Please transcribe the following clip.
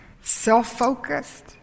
self-focused